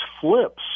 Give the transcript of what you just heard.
flips